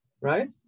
right